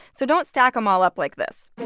so don't stack them all up like this